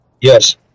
Yes